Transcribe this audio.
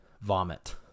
vomit